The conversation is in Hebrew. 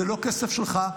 זה לא כסף שלך,